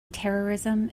terrorism